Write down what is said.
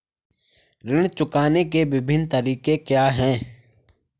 ऋण चुकाने के विभिन्न तरीके क्या हैं?